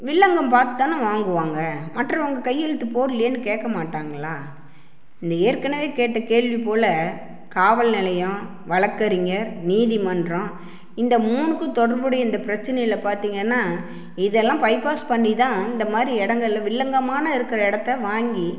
வில்லங்கம் பார்த்து தானே வாங்குவாங்க மற்றவங்க கையெழுத்து போடலையேனு கேட்க மாட்டாங்களா இந்த ஏற்கனவே கேட்ட கேள்வி போல் காவல் நிலையம் வழக்கறிஞர் நீதிமன்றம் இந்த மூணுக்கும் தொடர்புடைய இந்த பிரச்சனையில் பார்த்திங்கன்னா இதெல்லாம் பைப்பாஸ் பண்ணி தான் இந்த மாதிரி இடங்கள வில்லங்கமான இருக்கிற இடத்த வாங்கி